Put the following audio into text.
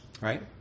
right